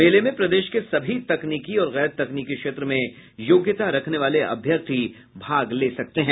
मेले में प्रदेश के सभी तकनीकी और गैर तकनीकी क्षेत्र में योग्यता रखने वाले अभ्यर्थी भाग ले सकते हैं